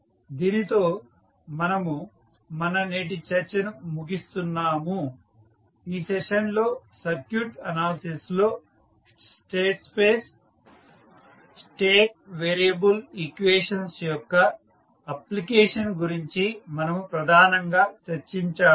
దీనితో మనము మన నేటి చర్చను ముగిస్తున్నాము ఈ సెషన్లో సర్క్యూట్ అనాలసిస్ లో state space state variable equations యొక్క అప్లికేషన్ గురించి మనము ప్రధానంగా చర్చించాము